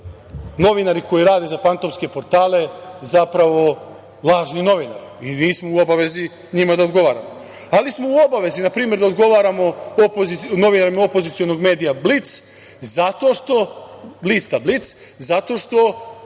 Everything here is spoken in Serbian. novinari koji rade za fantomske portale zapravo lažni novinari i mi nismo u obavezi njima da odgovaramo. Ali, u obavezi smo na primer da odgovaramo novinarima opozicionog medija lista „Blic“ zato što